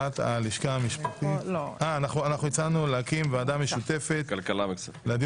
אנחנו הצענו להקים ועדה משותפת לדיון